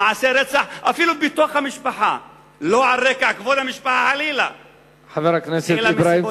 חבר הכנסת בן-ארי,